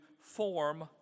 form